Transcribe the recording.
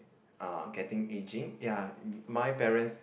are getting aging ya mm my parents